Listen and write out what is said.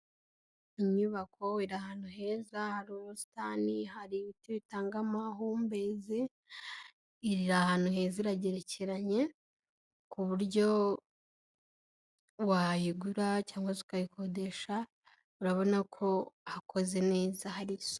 Inyubako iri ahantu heza hari ubusitani, hari ibiti bitanga amahumbezi, iri ahantu heza, iragerekeranye, ku buryo wayigura cyangwa se ukayikodesha, urabona ko hakoze neza, hari isu.